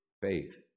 faith